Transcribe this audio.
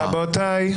רבותיי.